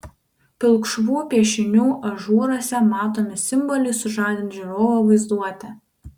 pilkšvų piešinių ažūruose matomi simboliai sužadins žiūrovo vaizduotę